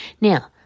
Now